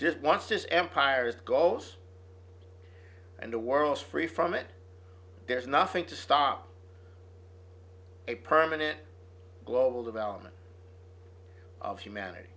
just once this empire's goes and the world's free from it there's nothing to stop a permanent global development of humanity